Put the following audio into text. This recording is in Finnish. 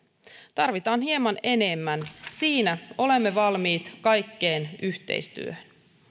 tarvitaan hieman enemmän siinä olemme valmiit kaikkeen yhteistyöhön